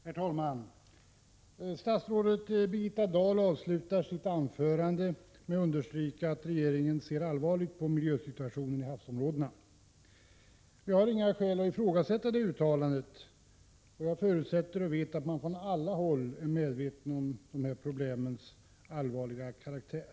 Herr talman! Statsrådet Birgitta Dahl avslutade sitt anförande med att understryka att regeringen ser allvarligt på miljösituationen i havsområdena. Jag har inga skäl att ifrågasätta detta uttalande. Jag förutsätter och vet att man från alla håll är medveten om problemens allvarliga karaktär.